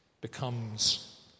becomes